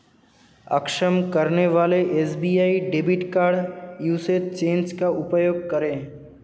अक्षम करने वाले SBI debit card usage change का उपयोग करें